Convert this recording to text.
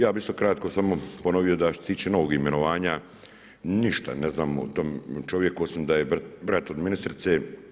Ja bih isto kratko samo ponovio da što se tiče novog imenovanja ništa ne znam o tom čovjeku osim da je brat od ministrice.